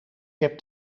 heb